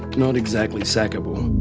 not exactly sackable.